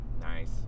Nice